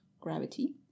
gravity